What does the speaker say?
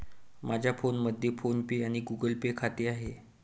माझ्या फोनमध्ये PhonePe आणि गुगल पे खाते आहे